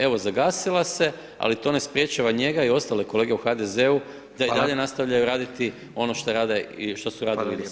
Evo, zagasila se ali to ne sprječava njega i ostale kolege u HDZ-u da i dalje nastavljaju raditi ono što rade i što su radili do sada.